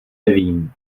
nevím